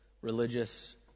religious